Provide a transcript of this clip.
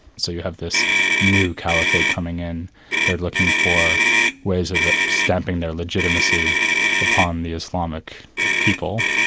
so you have this new caliphate coming in they're looking for ways of stamping their legitimacy upon the islamic people,